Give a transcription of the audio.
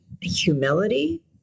humility